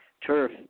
Turf